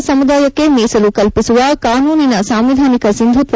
ಮರಾಠ ಸಮುದಾಯಕ್ಕೆ ಮೀಸಲು ಕಲ್ಪಿಸುವ ಕಾನೂನಿನ ಸಾಂವಿಧಾನಿಕ ಸಿಂಧುತ್ಸ